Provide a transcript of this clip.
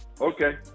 Okay